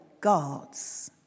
God's